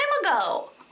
ago